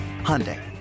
Hyundai